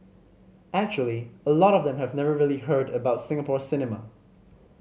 actually a lot of them have never really heard about Singapore cinema